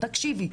תקשיבי,